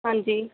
ਹਾਂਜੀ